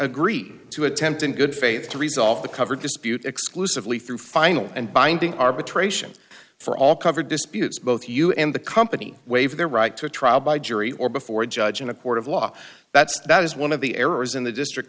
agree to attempt in good faith to resolve the cover dispute exclusively through final and binding arbitration for all covered disputes both you and the company waive their right to trial by jury or before a judge in a court of law that's that is one of the errors in the district